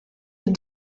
des